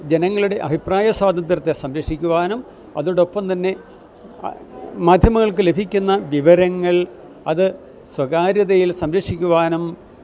ജനങ്ങളുടെ അഭിപ്രായ സ്വാതന്ത്ര്യത്തെ സംരക്ഷിക്കുവാനും അതോടൊപ്പം തന്നെ മാധ്യമങ്ങൾക്ക് ലഭിക്കുന്ന വിവരങ്ങൾ അത് സ്വകാര്യതയിൽ സംരക്ഷിക്കുവാനും